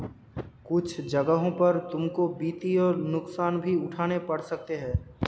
कुछ जगहों पर तुमको वित्तीय नुकसान भी उठाने पड़ सकते हैं